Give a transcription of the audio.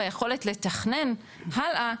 ביכולת לתכנן הלאה,